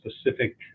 specific